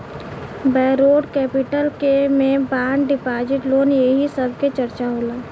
borrowed capital के में bond deposit loan एही सब के चर्चा होला